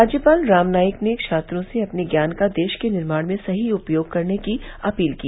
राज्यपाल राम नाईक ने छात्रों से अपने ज्ञान का देश के निर्माण में सही उपयोग करने की अपील की